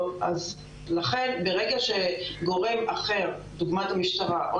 אז לכן ברגע שגורם אחר דוגמת המשטרה או